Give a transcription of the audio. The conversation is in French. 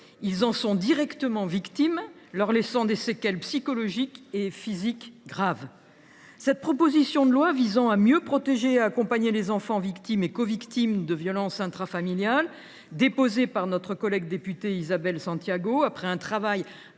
de ces violences qui leur laissent des séquelles psychologiques et physiques graves. Cette proposition de loi visant à mieux protéger et accompagner les enfants victimes et covictimes de violences intrafamiliales, déposée par notre collègue députée Isabelle Santiago après un travail